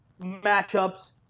matchups